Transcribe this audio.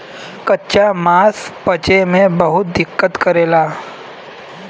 कच्चा मांस पचे में बहुत दिक्कत करेला